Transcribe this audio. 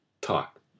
talk